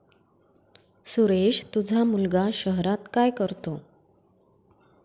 सुरेश तुझा मुलगा शहरात काय करतो